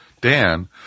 Dan